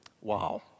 Wow